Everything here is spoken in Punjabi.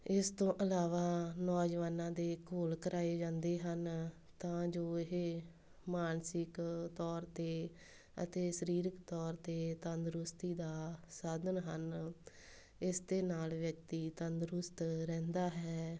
ਇਸ ਤੋਂ ਇਲਾਵਾ ਨੌਜਵਾਨਾਂ ਦੇ ਘੋਲ ਕਰਵਾਏ ਜਾਂਦੇ ਹਨ ਤਾਂ ਜੋ ਇਹ ਮਾਨਸਿਕ ਤੌਰ 'ਤੇ ਅਤੇ ਸਰੀਰਕ ਤੌਰ 'ਤੇ ਤੰਦਰੁਸਤੀ ਦਾ ਸਾਧਨ ਹਨ ਇਸ ਦੇ ਨਾਲ਼ ਵਿਅਕਤੀ ਤੰਦਰੁਸਤ ਰਹਿੰਦਾ ਹੈ